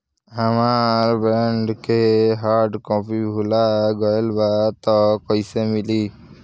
हमार बॉन्ड के hard copy भुला गएलबा त कैसे मिली?